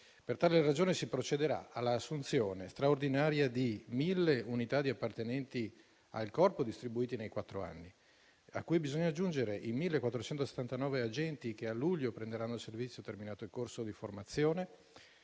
Per tale ragione, si procederà all'assunzione straordinaria di 1.000 unità di appartenenti al Corpo, distribuiti nei quattro anni, cui bisogna aggiungere i 1.479 agenti che a luglio prenderanno servizio terminato il corso di formazione